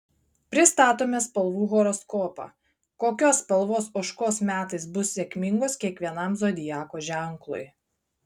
pristatome spalvų horoskopą kokios spalvos ožkos metais bus sėkmingos kiekvienam zodiako ženklui